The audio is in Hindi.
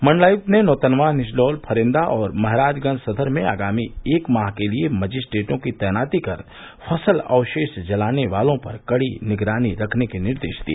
मंडलायुक्त ने नौतनवा निचलौल फरेन्दा और महराजगंज सदर में आगामी एक माह के लिए मजिस्ट्रेटों की तैनाती कर फसल अवशेष जलाने वालों पर कड़ी निगरानी रखने के निर्देश दिए